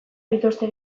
dituzte